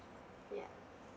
yup